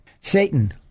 Satan